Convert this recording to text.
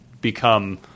become –